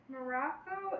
Morocco